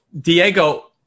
Diego